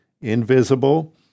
invisible